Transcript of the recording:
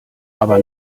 aber